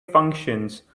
functions